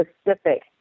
specific